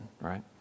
right